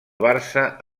barça